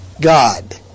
God